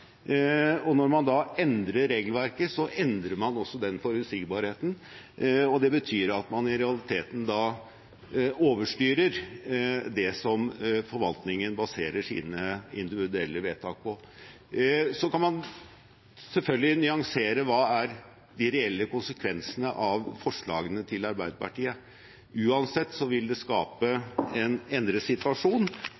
Når man endrer regelverket, endrer man også den forutsigbarheten, og det betyr at man i realiteten da overstyrer det som forvaltningen baserer sine individuelle vedtak på. Så kan man selvfølgelig nyansere hva de reelle konsekvensene av forslagene til Arbeiderpartiet er. Uansett vil det skape